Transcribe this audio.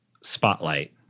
spotlight